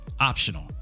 optional